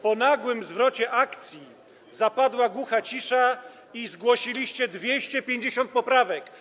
Po nagłym zwrocie akcji zapadła głucha cisza i zgłosiliście 250 poprawek.